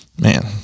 man